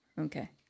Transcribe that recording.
Okay